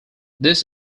this